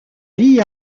lit